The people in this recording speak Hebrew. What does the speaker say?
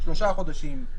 שלושה חודשים,